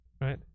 right